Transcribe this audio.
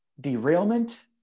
derailment